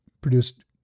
produced